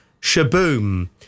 Shaboom